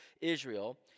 Israel